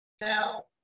Now